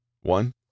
One